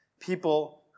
People